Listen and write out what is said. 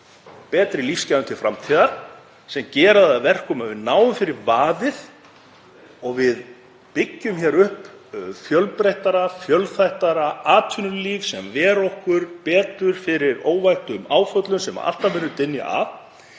betri lífsgæðum til framtíðar, sem gera það að verkum að við náum fyrir vaðið og byggjum hér upp fjölbreyttara og fjölþættara atvinnulíf sem ver okkur betur fyrir óvæntum áföllum sem alltaf munu dynja